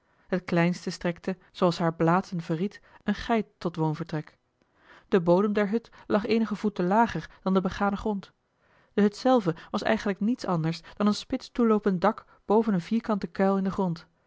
het kleinste strekte zooals haar blaten verried eene geit tot woonvertrek de bodem der hut lag eenige voeten lager dan de begane grond de hut zelve was eigenlijk niets anders dan een spits toeloopend dak boven een vierkanten kuil in den grond